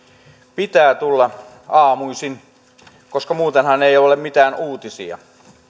pitää tulla aamuisin koska muutenhan ne eivät ole mitään uutisia